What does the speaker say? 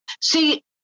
See